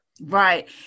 right